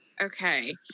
okay